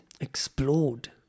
explode